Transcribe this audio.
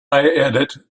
edit